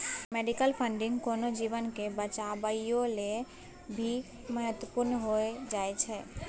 medical funding कोनो जीवन के बचाबइयो लेल भी महत्वपूर्ण हो जाइ छइ